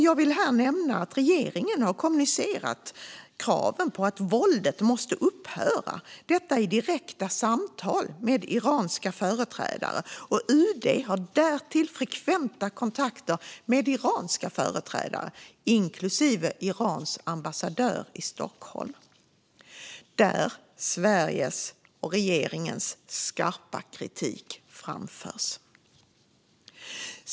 Låt mig här nämna att regeringen har kommunicerat kraven på att våldet måste upphöra i direkta samtal med iranska företrädare. UD har därtill frekventa kontakter med iranska företrädare, inklusive Irans ambassadör i Stockholm, till vilka Sveriges och regeringens skarpa kritik framförs.